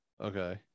Okay